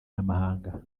n’amahanga